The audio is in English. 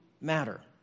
matter